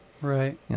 Right